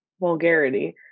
vulgarity